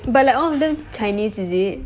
but like all of them chinese is it